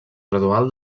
gradual